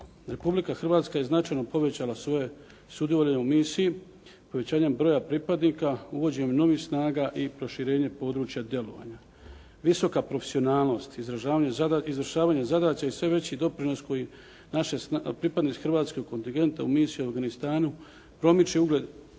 Republika Hrvatska je značajno povećala svoje sudjelovanje u misiji povećanjem broja pripadnika, uvođenjem novih snaga i proširenje područja djelovanja. Visoka profesionalnost, izvršavanje zadaća i sve veći doprinos koji naši pripadnici hrvatskog kontigenta u Misiji u Afganistanu promiče ugled